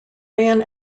man